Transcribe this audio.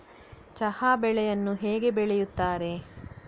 ಚಹಾ ಬೆಳೆಯನ್ನು ಹೇಗೆ ಬೆಳೆಯುತ್ತಾರೆ?